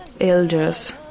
elders